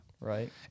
Right